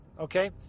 Okay